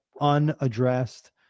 unaddressed